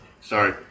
Sorry